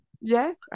Yes